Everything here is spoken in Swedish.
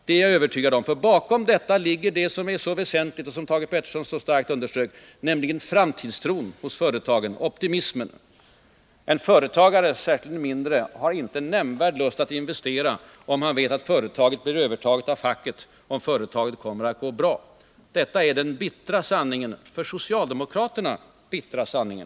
Det är jag övertygad om, för bakom detta ligger det som är så väsentligt och som Thage Peterson så starkt underströk, nämligen framtidstron hos företagen och optimismen. En företagare, särskilt en småföretagare, har inte nämnvärd lust att investera, om han vet att företaget blir övertaget av facket, om företaget går bra. Det är sanningen, den för socialdemokraterna bittra sanningen.